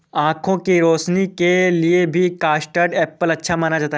आँखों की रोशनी के लिए भी कस्टर्ड एप्पल अच्छा माना जाता है